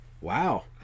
wow